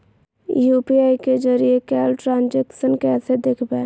UPI के जरिए कैल ट्रांजेक्शन कैसे देखबै?